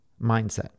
Mindset